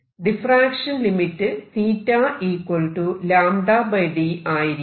diffraction limit θλd ആയിരിക്കും